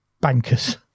bankers